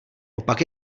opak